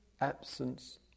absence